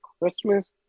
Christmas